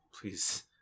Please